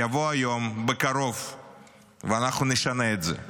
יבוא יום בקרוב ואנחנו נשנה את זה,